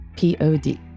Pod